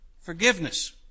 forgiveness